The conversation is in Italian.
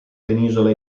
penisola